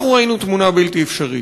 אנחנו ראינו תמונה בלתי אפשרית: